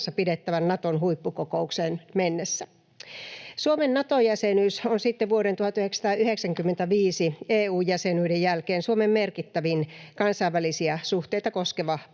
pidettävään Naton huippukokoukseen mennessä. Suomen Nato-jäsenyys on sitten vuoden 1995 EU-jäsenyyden jälkeen Suomen merkittävin kansainvälisiä suhteita koskeva